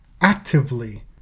actively